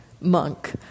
monk